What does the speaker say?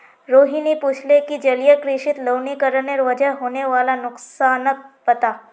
रोहिणी पूछले कि जलीय कृषित लवणीकरनेर वजह होने वाला नुकसानक बता